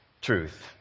truth